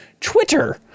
twitter